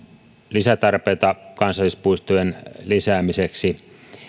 lisätarpeita kansallispuistojen lisäämiseksi